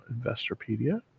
Investorpedia